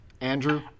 Andrew